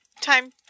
time